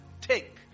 take